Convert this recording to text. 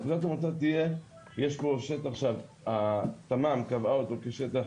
נקודת המוצא תהיה שיש שטח שהתמ"מ קבעה אותו כשטח